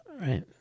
right